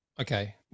okay